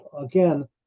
again